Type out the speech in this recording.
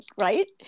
right